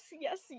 yes